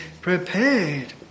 prepared